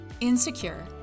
insecure